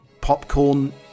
popcorn